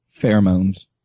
Pheromones